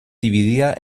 dividida